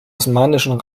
osmanischen